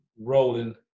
rolling